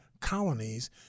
colonies